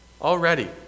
Already